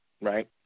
right